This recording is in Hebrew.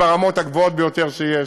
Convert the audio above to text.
ברמות הגבוהות ביותר שיש,